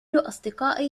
أصدقائي